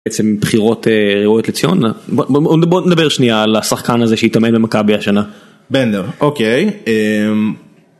עצם בחירות ראויות לציון, בוא נדבר שנייה על השחקן הזה שהתאמן במכבי השנה. בנדר, אוקיי.